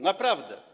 Naprawdę.